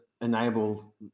enable